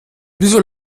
wieso